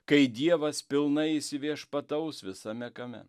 kai dievas pilnai įsiviešpataus visame kame